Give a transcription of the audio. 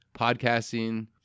podcasting